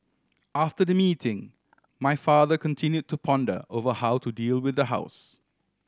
after the meeting my father continue to ponder over how to deal with the house